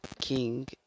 King